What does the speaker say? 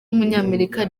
w’umunyamerika